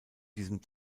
diesem